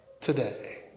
today